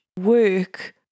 work